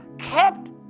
Kept